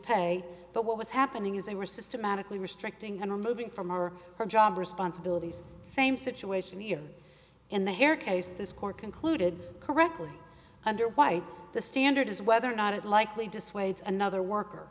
pay but what was happening is they were systematically restricting and removing from or her job responsibilities same situation here in the here case this court concluded correctly under why the standard is whether or not it likely dissuades another worker